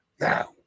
Now